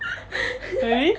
really